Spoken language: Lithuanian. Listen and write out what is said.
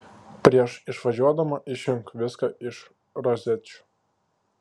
prieš išvažiuodama išjunk viską iš rozečių